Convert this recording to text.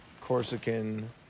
Corsican